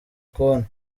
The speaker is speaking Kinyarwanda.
konti